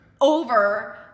over